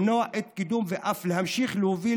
למנוע את קידומם ואף להמשיך להוביל